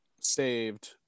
saved